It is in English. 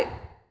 like